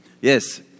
Yes